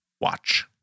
watch